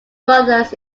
brothers